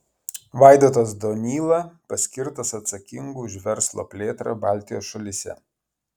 vaidotas donyla paskirtas atsakingu už verslo plėtrą baltijos šalyse